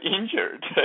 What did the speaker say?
injured